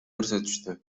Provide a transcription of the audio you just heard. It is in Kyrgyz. көрсөтүштү